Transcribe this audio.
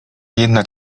jednak